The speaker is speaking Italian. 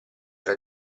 era